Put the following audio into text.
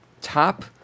top